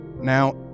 Now